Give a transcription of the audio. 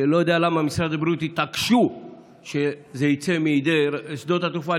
אני לא יודע למה במשרד הבריאות התעקשו שזה יצא מידי רשות שדות התעופה,